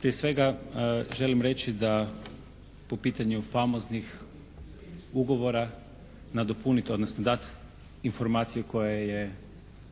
Prije svega želim reći da po pitanju famoznih ugovora nadopuniti odnosno dati informaciju koja je